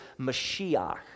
Mashiach